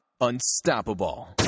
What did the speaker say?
unstoppable